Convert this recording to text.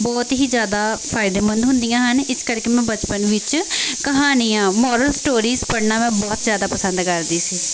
ਬਹੁਤ ਹੀ ਜ਼ਿਆਦਾ ਫਾਇਦੇਮੰਦ ਹੁੰਦੀਆਂ ਹਨ ਇਸ ਕਰਕੇ ਮੈਂ ਬਚਪਨ ਵਿੱਚ ਕਹਾਣੀਆਂ ਮੋਰਲ ਸਟੋਰੀਜ਼ ਪੜ੍ਹਨਾ ਮੈਂ ਬਹੁਤ ਜ਼ਿਆਦਾ ਪਸੰਦ ਕਰਦੀ ਸੀ